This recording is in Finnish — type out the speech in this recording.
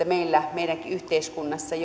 meillä meidänkin yhteiskunnassa